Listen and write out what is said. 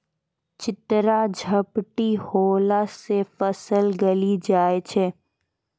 चित्रा झपटी होला से फसल गली जाय छै?